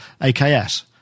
AKS